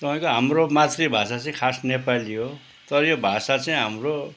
तपाईँको हाम्रो मातृ भाषा चाहिँ खास नेपाली हो तर यो भाषा चाहिँ हाम्रो